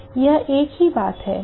यह एक ही बात है